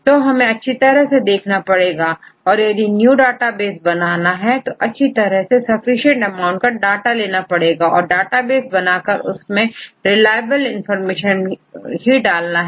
तो हमें अच्छी तरह से देखना पड़ेगा और यदि न्यू डाटाबेस बनाना है तो अच्छी तरह से सफिशिएंट अमाउंट का डाटा लेना पड़ेगा और डाटाबेस बनाकर उसमें रिलाएबल इंफॉर्मेशन ही डालना है